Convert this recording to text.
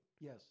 Yes